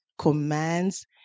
commands